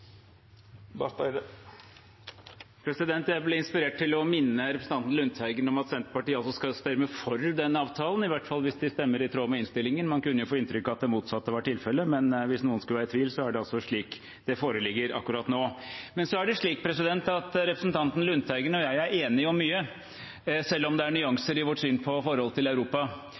Jeg ble inspirert til å minne representanten Lundteigen om at Senterpartiet skal stemme for denne avtalen, i hvert fall hvis de stemmer i tråd med innstillingen. Man kunne få inntrykk av at det motsatte var tilfellet, men hvis noen skulle være i tvil, er det altså slik det foreligger akkurat nå. Representanten Lundteigen og jeg er enige om mye, selv om det er nyanser i vårt syn på forholdet til Europa.